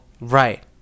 Right